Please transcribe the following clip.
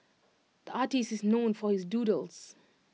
the artist is known for his doodles